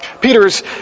Peter's